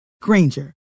Granger